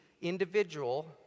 individual